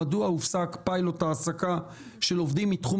מדוע הופסק פיילוט העסקה של עובדים מתחום